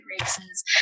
races